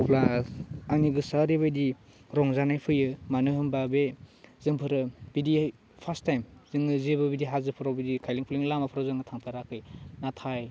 अब्ला आंनि गोसोआ ओरैबायदि रंजानाय फैयो मानो होनबा बे जोंफोरो बिदियै फास्ट टाइम जोङो जेबो बिदि हाजोफोराव बिदि खाइलें खुइलें लामाफोराव जोङो थांफेराखै नाथाय